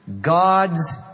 God's